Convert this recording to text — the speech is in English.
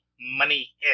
money